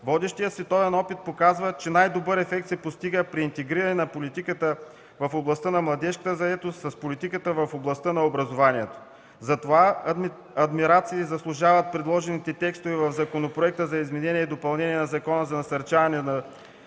Водещият световен опит показва, че най-добър ефект се постига при интегриране на политиката в областта на младежката заетост с политиката в областта на образованието. Затова адмирации заслужават предложените текстове в Законопроекта за изменение и допълнение на Закона за насърчаване на